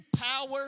power